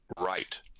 right